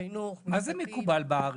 חינוך -- מה זה "מקובל" בארץ?